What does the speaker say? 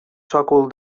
sòcol